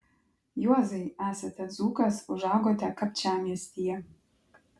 juozai esate dzūkas užaugote kapčiamiestyje